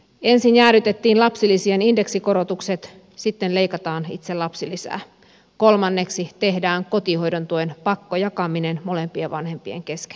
ensin jäädytettiin lapsilisien indeksikorotukset sitten leikataan itse lapsilisää kolmanneksi tehdään kotihoidon tuen pakkojakaminen molempien vanhempien kesken